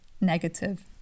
negative